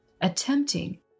attempting